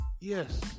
yes